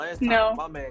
no